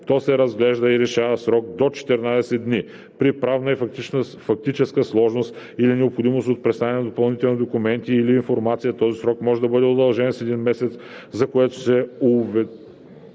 То се разглежда и решава в срок до 14 дни. При правна и фактическа сложност и необходимост от представяне на допълнителни документи или информация този срок може да бъде удължен с един месец, за което членът